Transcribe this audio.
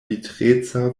vitreca